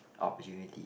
opportunities